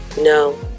no